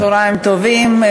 צהריים טובים.